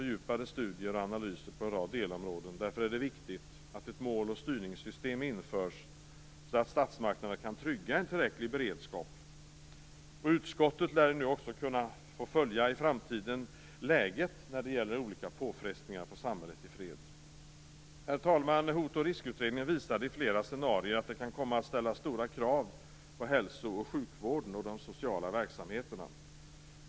Därför är det viktigt att ett mål och styrningssystem införs så att statsmakterna kan trygga en tillräcklig beredskap. Utskottet kommer nu att i framtiden kunna följa läget när det gäller olika påfrestningar på samhället i fred. Herr talman! Hot och riskutredningen visade i flera scenarion att det kan komma att ställas stora krav på hälso och sjukvården och de sociala verksamheterna.